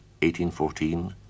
1814